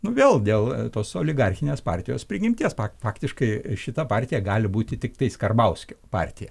nu vėl dėl tos oligarchinės partijos prigimties faktiškai šita partija gali būti tiktais karbauskio partija